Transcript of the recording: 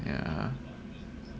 yeah